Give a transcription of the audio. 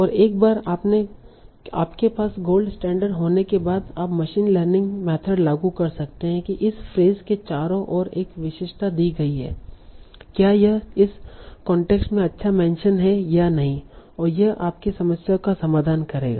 और एक बार आपके पास गोल्ड स्टैण्डर्ड होने के बाद आप मशीन लर्निंग मेथड लागू कर सकते हैं कि इस फ्रेस के चारों ओर एक विशेषता दी गई है क्या यह इस कांटेक्स्ट में अच्छा मेंशन है या नहीं और यह आपकी समस्या का समाधान करेगा